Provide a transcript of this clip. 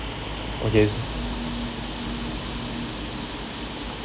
okay